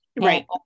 right